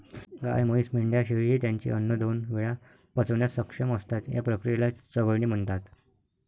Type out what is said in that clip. गाय, म्हैस, मेंढ्या, शेळी हे त्यांचे अन्न दोन वेळा पचवण्यास सक्षम असतात, या क्रियेला चघळणे म्हणतात